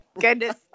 Goodness